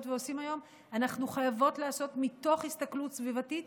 ועושים היום אנחנו חייבות לעשות מתוך הסתכלות סביבתית,